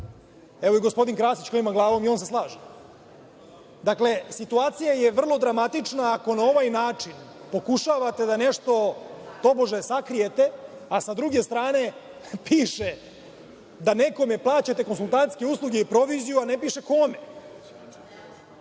Evo, i gospodin Krasić, koji klima glavom se slaže. Situacija je vrlo dramatična, ako na ovaj način pokušavate nešto da sakrijete, a sa druge strane piše – da nekome plaćate konsultantske usluge i proviziju, a ne piše kome.